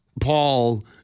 Paul